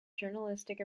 journalistic